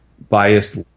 biased